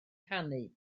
canu